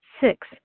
six